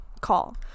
call